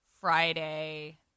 Friday